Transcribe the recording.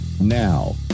Now